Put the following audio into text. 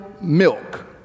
milk